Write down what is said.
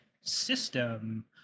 system